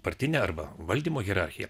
partinę arba valdymo hierarchiją